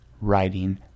writing